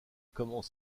commence